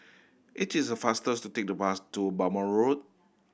it is faster to take the bus to Balmoral Road